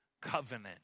covenant